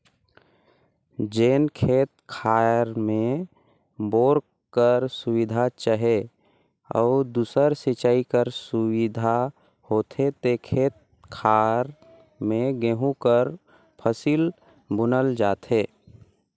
जेन खेत खाएर में बोर कर सुबिधा चहे अउ दूसर सिंचई कर सुबिधा होथे ते खेत खाएर में गहूँ कर फसिल बुनल जाथे